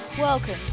Welcome